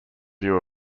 view